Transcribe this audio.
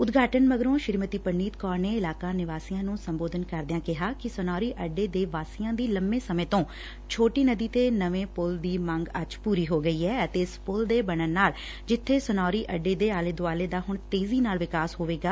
ਉਦਘਾਟਨ ਮਗਰੋਂ ਸ੍ਰੀਮਤੀ ਪਰਨੀਤ ਕੌਰ ਨੇ ਇਲਾਕਾ ਨਿਵਾਸੀਆਂ ਨੂੰ ਸੰਬੋਧਨ ਕਰਦਿਆਂ ਕਿਹਾ ਕਿ ਸਨੌਰੀ ਅੱਡੇ ਦੇ ਵਾਸੀਆਂ ਦੀ ਲੰਮੇ ਸਮੇਂ ਤੋਂ ਛੋਟੀ ਨਦੀ ਤੇ ਨਵੇਂ ਪੁਲ ਦੀ ਮੰਗ ਅੱਜ ਪੂਰੀ ਹੋ ਗਈ ਐ ਅਤੇ ਇਸ ਪੁਲ ਦੇ ਬਣਨ ਨਾਲ ਜਿੱਬੇ ਸਨੌਰੀ ਅੱਡੇ ਦੇ ਆਲ ਦੁਆਲੇ ਦਾ ਹੁਣ ਤੇਜ਼ੀ ਨਾਲ ਵਿਕਾਸ ਹੋਵੇਗਾ